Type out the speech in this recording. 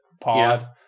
pod